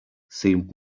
seemed